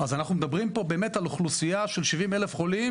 אז אנחנו מדברים פה באמת על אוכלוסייה של 70,000 חולים,